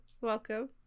Welcome